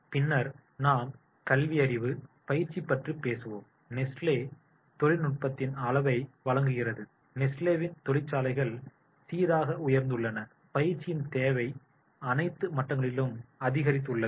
பின்னர் நாம் கல்வியறிவு பயிற்சி பற்றி பேசுவோம் நெஸ்லே தொழில்நுட்பத்தின் அளவை வழங்குகிறது நெஸ்லேவின் தொழிற்சாலைகள் சீராக உயர்ந்துள்ளன பயிற்சியின் தேவை அனைத்து மட்டங்களிலும் அதிகரித்துள்ளது